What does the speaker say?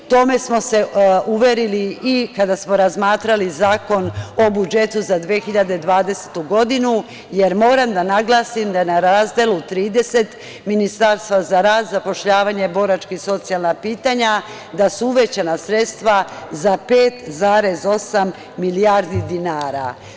Tome smo se uverili i kada smo razmatrali Zakon o budžetu za 2020. godinu, jer moram da naglasim da je na razdelu 30 Ministarstva za rad, zapošljavanje, boračka i socijalna pitanja su uvećana sredstva za 5,8 milijardi dinara.